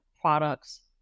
products